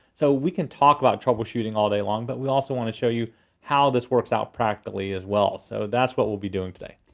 so we can talk about troubleshooting all day long, but we also wanna show you how this works out practically as well. so that's what we'll be doing today.